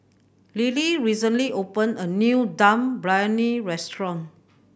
Lilly recently opened a new Dum Briyani restaurant